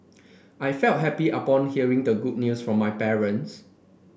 I felt happy upon hearing the good news from my parents